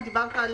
אם דיברת על